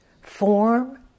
Form